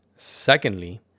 Secondly